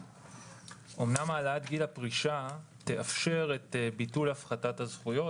אמנם העלאת גיל הפרישה תאפשר את ביטול הפחתת הזכויות,